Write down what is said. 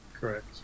Correct